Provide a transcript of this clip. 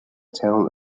town